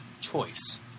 choice